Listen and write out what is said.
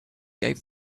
gave